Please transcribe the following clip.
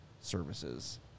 services